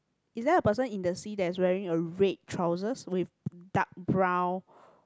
is there a person in the sea that's wearing a red trousers with dark brown